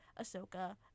Ahsoka